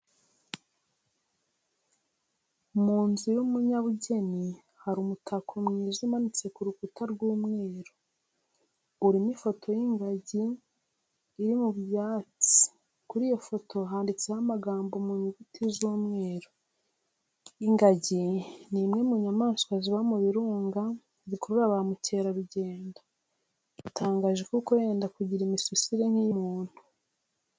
Mu nzu y'umunyabugeni hari umutako mwiza umanitse ku rukuta rw'umweru, urimo ifoto y'ingagi iri mu byatsi kuri iyo foto handitseho amagambo mu nyuguti z'umweru, ingagi ni imwe mu nyamaswa ziba mu birunga zikurura ba mukerarugendo, iratangaje kuko yenda kugira imisusire nk'iy'umuntu.